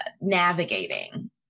navigating